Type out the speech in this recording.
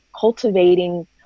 cultivating